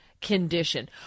condition